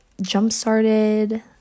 jump-started